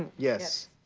yes.